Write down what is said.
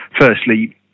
Firstly